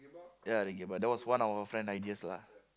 ya the game but that was one our friend ideas lah